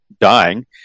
dying